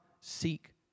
seek